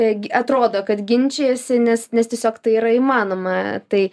irgi atrodo kad ginčijasi nes nes tiesiog tai yra įmanoma tai